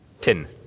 Ten